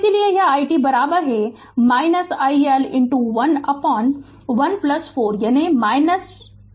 Refer Slide Time 2803 तो इसीलिए यह i t i L 1 14 यानी 15 i L t है